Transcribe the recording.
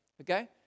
okay